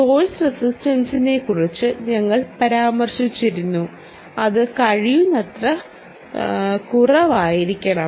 source റസിസ്റ്റൻസിനെക്കുറിച്ച് ഞങ്ങൾ പരാമർശിച്ചിരുന്നു അത് കഴിയുന്നത്ര കുറവായിരിക്കണം